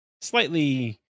slightly